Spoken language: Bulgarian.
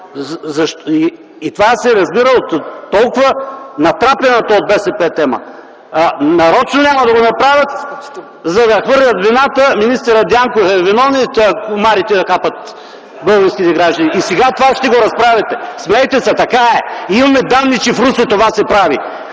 И това се разбира от толкова натрапената от БСП тема. Нарочно няма да го направят, за да хвърлят вината: министър Дянков е виновен комарите да хапят българските граждани. (Смях.) И сега това ще го разправяте. Смейте се, така е. Имаме данни, че в Русе това се прави.